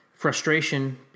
frustration